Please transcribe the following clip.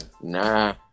Nah